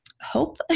hope